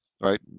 right